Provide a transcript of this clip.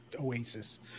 Oasis